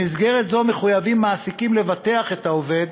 במסגרת זו מחויבים מעסיקים לבטח את העובד